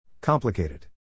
Complicated